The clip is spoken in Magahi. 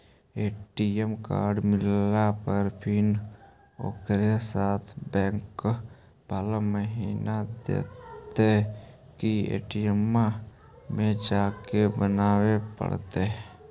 ए.टी.एम कार्ड मिलला पर पिन ओकरे साथे बैक बाला महिना देतै कि ए.टी.एम में जाके बना बे पड़तै?